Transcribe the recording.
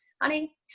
Honey